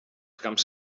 camps